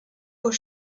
aux